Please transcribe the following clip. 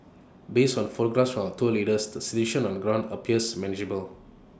based on photographs from our tour leaders the situation on the ground appears manageable